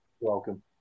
welcome